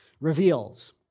reveals